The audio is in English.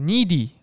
Needy